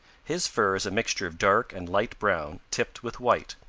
his fur is a mixture of dark and light brown tipped with white.